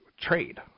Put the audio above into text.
trade